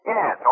Yes